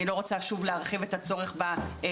אני לא רוצה להרחיב את הצורך במענים,